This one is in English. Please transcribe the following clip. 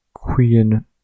Queen